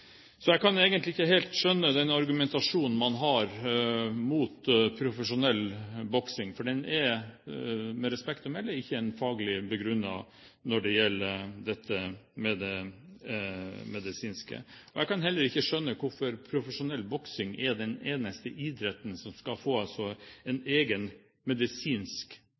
helt skjønne den argumentasjonen man har imot profesjonell boksing, for den er med respekt å melde ikke faglig begrunnet når det gjelder dette med det medisinske. Jeg kan heller ikke skjønne hvorfor profesjonell boksing er den eneste idretten som skal få en egen medisinsk